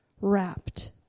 wrapped